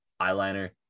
eyeliner